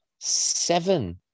seven